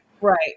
right